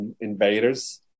invaders